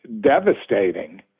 devastating